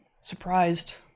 Surprised